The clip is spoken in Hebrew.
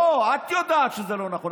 לא, את יודעת שזה לא נכון.